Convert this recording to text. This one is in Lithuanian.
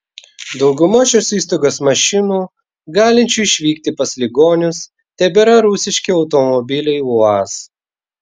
dauguma šios įstaigos mašinų galinčių išvykti pas ligonius tebėra rusiški automobiliai uaz